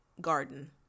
garden